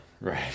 right